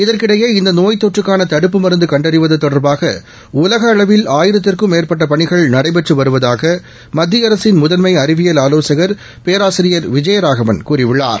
இதற்கிடையே இந்த நோய் தொற்றுக்கான தடுப்பு மருந்து கண்டறிவது தொடர்பாக உலக அளவில் ஆயிரத்திற்கும் மேற்பட்ட பணிகள் நடைபெற்று வருவதாக மத்திய அரசின் முதன்மை அறிவியல் ஆவோசகள் பேராசிரியர் விஜயராவன் கூறியுள்ளார்